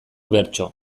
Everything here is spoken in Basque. bertso